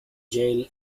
jail